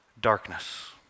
darkness